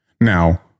Now